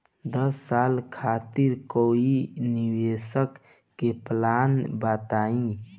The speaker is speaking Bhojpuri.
दस साल खातिर कोई निवेश के प्लान बताई?